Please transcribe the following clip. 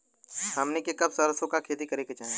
हमनी के कब सरसो क खेती करे के चाही?